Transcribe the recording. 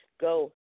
Go